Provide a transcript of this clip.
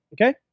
Okay